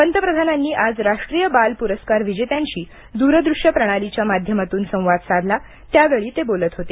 पंतप्रधानांनी आज राष्ट्रीय बाल पुरस्कार विजेत्यांशी दूरदृष्य प्रणालीच्या माध्यमातून संवाद साधला त्यावेळी ते बोलत होते